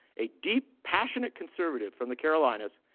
a deep passionate conservative from the carolinas,